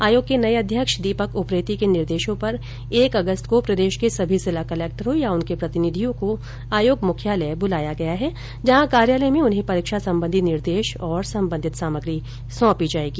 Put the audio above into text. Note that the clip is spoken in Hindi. आयोग के नए अध्यक्ष दीपक उप्रेती के निर्देशों पर एक अगस्त को प्रदेश के सभी जिला कलेक्टरों या उनके प्रतिनिधियों को आयोग मुख्यालय बुलाया गया है जहां कार्यालय में उन्हें परीक्षा संबंधी निर्देश और संबंधित सामग्री सौंपी जाएगी